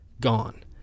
Gone